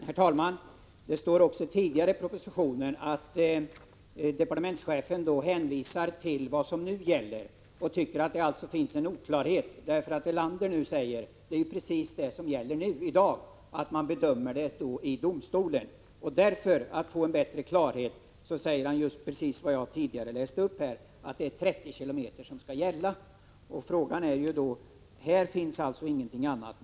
Herr talman! Tidigare i propositionen hänvisar departementschefen till vad som nu gäller och tycker att det råder oklarhet. Vad Jarl Lander här talar om är ju det som gäller i dag, alltså att omständigheterna i det individuella fallet bedöms av domstolen. Han betonade precis vad jag tidigare läste upp, nämligen att 30-kilometersgränsen skall gälla. Här säger alltså Jarl Lander ingenting annat.